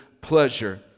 pleasure